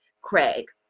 Craig